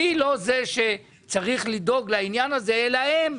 אני לא זה שצריך לדאוג לעניין הזה אלא הם.